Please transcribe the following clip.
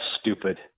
stupid